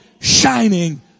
shining